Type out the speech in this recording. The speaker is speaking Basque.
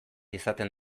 izaten